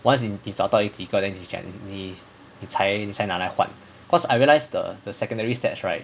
was in it's entirety got then you can be detained ten 拿来换 cause I realise the the secondary steps right